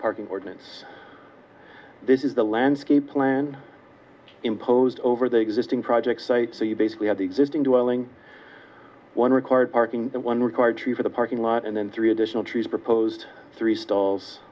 parking ordinance this is the landscape plan imposed over the existing project site so you basically have the existing dwelling one required parking and one required two for the parking lot and then three additional trees proposed three stalls